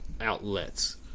outlets